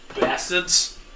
Bastards